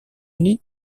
uni